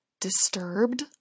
disturbed